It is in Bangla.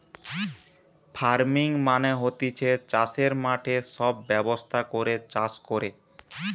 ফার্মিং মানে হতিছে চাষের মাঠে সব ব্যবস্থা করে চাষ কোরে